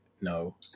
no